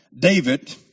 David